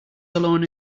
alone